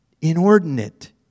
Inordinate